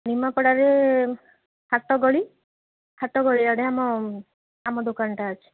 ନିମାପଡ଼ାରେ ହାଟ ଗଳି ହାଟ ଗଳି ଆଡ଼େ ଆମ ଆମ ଦୋକାନଟା ଅଛି